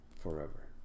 forever